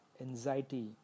anxiety